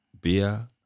beer